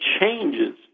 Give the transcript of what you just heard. changes